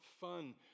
fun